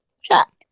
check